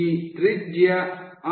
ಈ ತ್ರಿಜ್ಯ ಆರ್